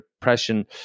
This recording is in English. depression